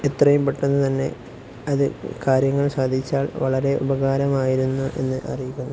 എത്രയും പെട്ടെന്ന് തന്നെ അത് കാര്യങ്ങൾ സാധിച്ചാൽ വളരെ ഉപകാരമായിരുന്നുവെന്ന് അറിയിക്കുന്നു